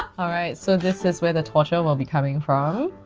all right so this is where the torture will be coming from.